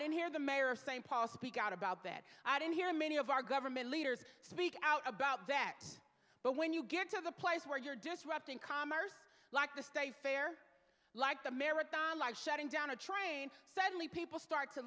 didn't hear the mayor saying possibly got about that i didn't hear many of our government leaders speak out about that but when you get to the place where you're disrupting commerce like the state fair like the marathon like shutting down a train suddenly people start to